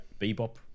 bebop